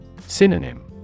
Synonym